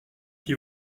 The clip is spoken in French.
qui